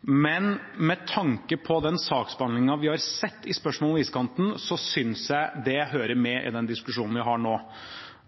Men med tanke på den saksbehandlingen vi har sett i spørsmålet om iskanten, synes jeg det hører med i den diskusjonen vi har nå.